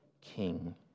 king